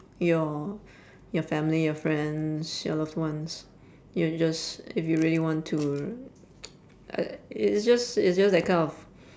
your your family your friends your loved ones you're just if you really want to r~ uh it's just it's just that kind of